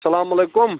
السَلام علیکُم